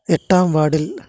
എട്ടാം വാഡിൽ